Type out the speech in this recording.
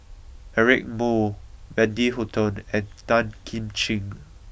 Eric Moo Wendy Hutton and Tan Kim Ching